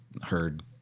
heard